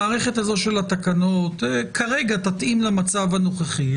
המערכת הזו כרגע תתאים למצב הנוכחי,